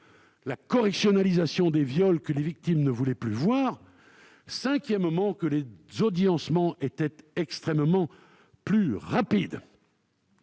la correctionnalisation des viols, que les victimes ne voulaient plus voir. Cinquièmement, que les audiencements étaient beaucoup plus rapides.